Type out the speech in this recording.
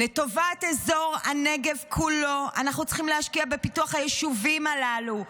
לטובת אזור הנגב כולו אנחנו צריכים להשקיע בפיתוח היישובים הללו,